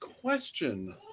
question